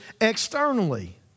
externally